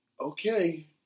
Okay